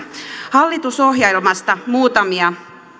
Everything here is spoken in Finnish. hallitusohjelmasta muutamia